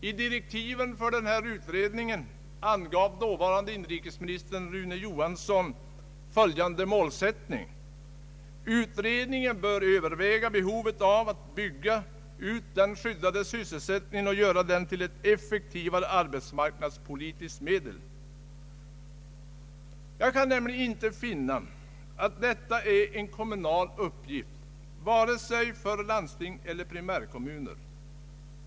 I direktiven för utredningen angav dåvarande inrikesministern Rune Johansson följande målsättning: ”Utredningen bör överväga behovet av att bygga ut den skyddade sysselsättningen och göra den till ett effektivare arbetsmarknadspolitiskt medel.” Jag kan inte finna att detta är en kommunal uppgift, vare sig för landsting eller primärkommuner.